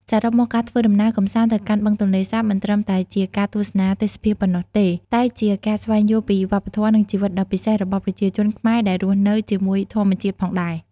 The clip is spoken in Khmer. សរុបមក ការធ្វើដំណើរកម្សាន្តទៅកាន់បឹងទន្លេសាប មិនត្រឹមតែជាការទស្សនាទេសភាពប៉ុណ្ណោះទេ តែជាការស្វែងយល់ពីវប្បធម៌ និងជីវិតដ៏ពិសេសរបស់ប្រជាជនខ្មែរដែលរស់នៅជាមួយធម្មជាតិផងដែរ។